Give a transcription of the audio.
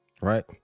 right